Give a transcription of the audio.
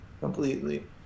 completely